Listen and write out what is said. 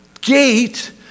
gate